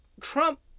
Trump